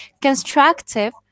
constructive